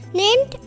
named